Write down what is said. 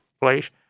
place